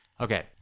Okay